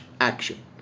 action